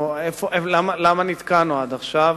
למה נתקענו עד עכשיו?